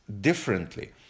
differently